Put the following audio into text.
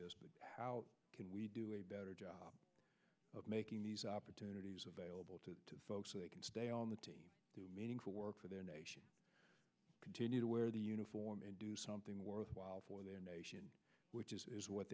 how can we do a better job of making these opportunities available to folks who can stay on the to do meaningful work for their nation continue to wear the uniform and do something worthwhile for their nation which is what